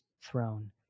throne